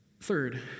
Third